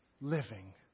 living